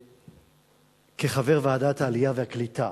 כחבר ועדת העלייה והקליטה